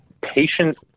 patient